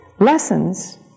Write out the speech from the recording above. Lessons